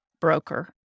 broker